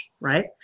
right